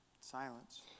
silence